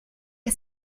que